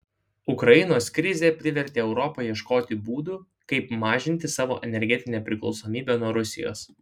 ukrainos krizė privertė europą ieškoti būdų kaip mažinti savo energetinę priklausomybę nuo rusijos